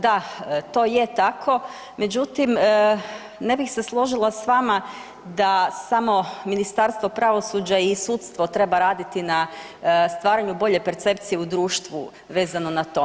Da, to je tako, međutim ne bi se složila s vama da samo Ministarstvo pravosuđa i sudstvo treba raditi na stvaranju bolje percepcije u društvu vezano na to.